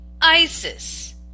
ISIS